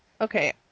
Okay